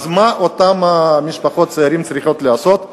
אז מה אותן משפחות צעירות צריכות לעשות?